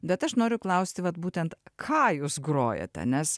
bet aš noriu klausti vat būtent ką jūs grojate nes